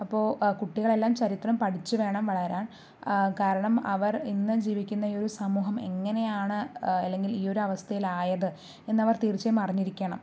അപ്പോൾ കുട്ടികൾ എല്ലാം ചരിത്രം പഠിച്ച് വേണം വളരാൻ കാരണം അവർ എന്ന് ജീവിക്കുന്ന ഈ ഒരു സമൂഹം എങ്ങനെയാണ് അല്ലെങ്കിൽ ഈ ഒരു അവസ്ഥയിൽ ആയത് എന്നവർ തീർച്ചയായും അറിഞ്ഞിരിക്കണം